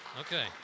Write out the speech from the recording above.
Okay